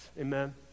Amen